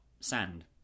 sand